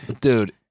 Dude